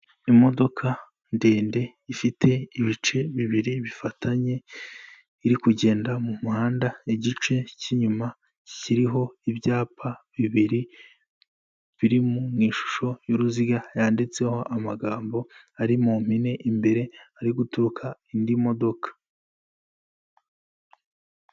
Imodoka ndende ifite ibice bibiri bifatanye iri kugenda mu muhanda, igice cy'inyuma kiriho ibyapa bibiri biri mu ishusho y'uruziga yanditseho amagambo ari mu mpine, imbere hari guturuka indi modoka.